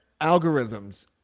algorithms